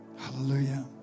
Hallelujah